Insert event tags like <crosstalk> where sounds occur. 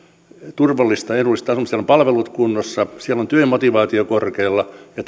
turvallista ja edullista asumista siellä on palvelut kunnossa siellä on työmotivaatio korkealla ja <unintelligible>